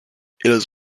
has